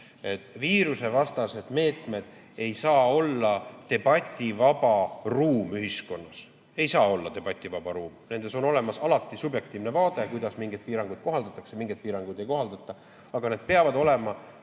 Viirusevastased meetmed ei saa olla debativaba ruum ühiskonnas. Ei saa olla debativaba ruum! Nendes on olemas alati subjektiivne vaade, kuidas mingeid piiranguid kohaldatakse, mingeid piiranguid ei kohaldata, aga need peavad olema